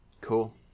Cool